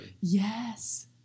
Yes